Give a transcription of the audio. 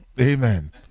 Amen